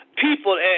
people